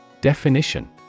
Definition